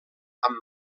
amb